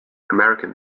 american